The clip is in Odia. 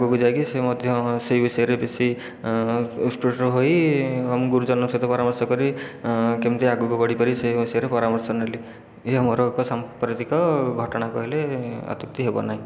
ଆଗକୁ ଯାଇକି ସେ ମଧ୍ୟ ସେହି ବିଷୟରେ ବେଶୀ ଉତ୍କୃଷ୍ଟ ହୋଇ ଗୁରୁଜନଙ୍କ ସହିତ ପରାମର୍ଶ କରି କେମିତି ଆଗକୁ ବଢ଼ି ପାରିବି ସେ ବିଷୟରେ ପରାମର୍ଶ ନେଲି ଏହା ମୋର ଏକ ସାମ୍ପ୍ରତିକ ଘଟଣା କହିଲେ ଅତ୍ୟୁକ୍ତି ହେବ ନାହିଁ